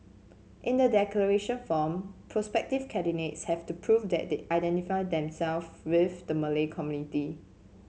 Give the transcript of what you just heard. in the declaration form prospective candidates have to prove that they identify them self with the Malay community